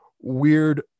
weird